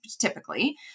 typically